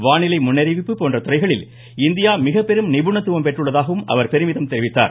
வானிலை முன்னறிவிப்பு போன்ற துறைகளில் இந்தியா மிகப்பெரும் நிபுணத்துவம் பெற்றுள்ளதாகவும் அவர் பெருமிதம் தெரிவித்தார்